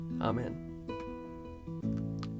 Amen